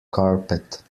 carpet